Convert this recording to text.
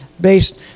Based